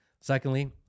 Secondly